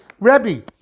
Rebbe